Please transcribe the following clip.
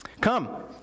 Come